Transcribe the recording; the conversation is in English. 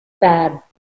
bad